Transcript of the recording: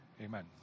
amen